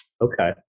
okay